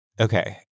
Okay